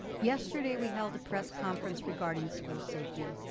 yesterday we held a press conference regarding school safety.